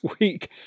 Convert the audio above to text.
week